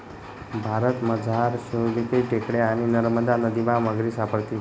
भारतमझार शिवालिक टेकड्या आणि नरमदा नदीमा मगरी सापडतीस